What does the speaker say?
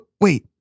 wait